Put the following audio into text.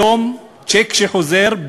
היום צ'ק שחוזר,